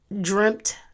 dreamt